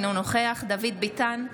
אינו נוכח דוד ביטן,